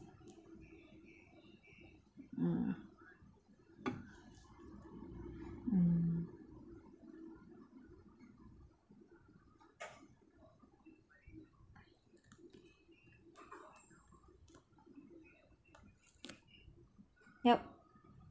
mm mm yup